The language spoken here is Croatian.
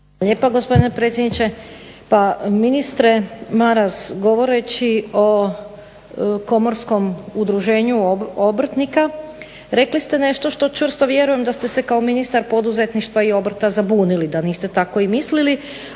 lijepa gospodine predsjedniče. Pa ministre Maras govoreći o Komorskom udruženju obrtnika rekli ste nešto što čvrsto vjerujem da ste se kao ministar poduzetništva i obrta zabunili, da niste tako i mislili,